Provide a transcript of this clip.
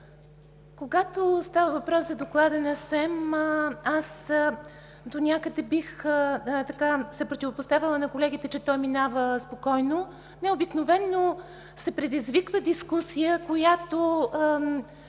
когато става въпрос за Доклада на СЕМ, донякъде бих се противопоставила на колегите, че той минава спокойно. Обикновено се предизвиква дискусия, която